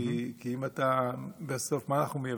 כי בסוף, מה אנחנו מייבאים?